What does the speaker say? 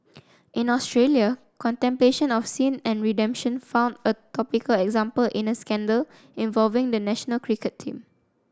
in Australia contemplation of sin and redemption found a topical example in a scandal involving the national cricket team